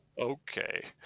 Okay